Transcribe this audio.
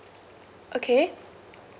okay